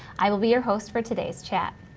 i will be your host for today's chat.